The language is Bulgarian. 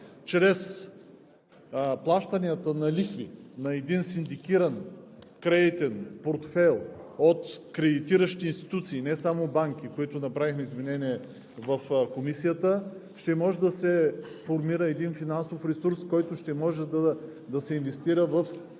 чрез плащанията на лихви на един синдикиран кредитен портфейл от кредитиращи институции – не само банки, за които направихме изменение в Комисията, ще може да се формира един финансов ресурс, който ще може да се инвестира в